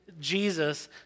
Jesus